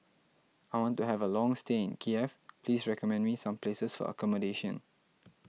I want to have a long stay in Kiev please recommend me some places for accommodation